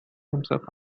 himself